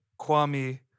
Kwame